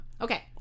okay